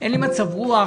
אין לי מצב רוח,